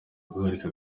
guhagarika